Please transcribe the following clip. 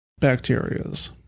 bacterias